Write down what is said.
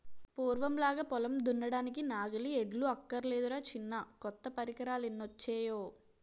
పూర్వంలాగా పొలం దున్నడానికి నాగలి, ఎడ్లు అక్కర్లేదురా చిన్నా కొత్త పరికరాలెన్నొచ్చేయో